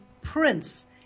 prince